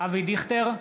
אבי דיכטר,